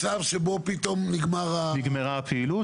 שלא היה מצב שפתאום נגמרת הפעילות.